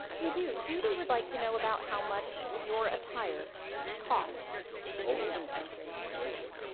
we do, judy would like to know about how much would your attire cost in eighteenth century? gracious,